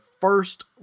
first